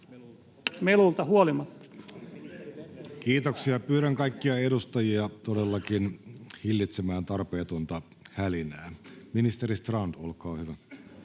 16:38 Content: Kiitoksia. — Pyydän kaikkia edustajia todellakin hillitsemään tarpeetonta hälinää. — Ministeri Strand, olkaa hyvä.